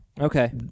Okay